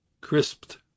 crisped